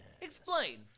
Explain